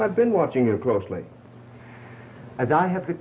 i've been watching it closely and i have to